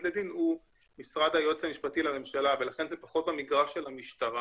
לדין הוא משרד היועץ המשפטי לממשלה ולכן זה פחות במגרש של המשטרה.